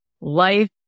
life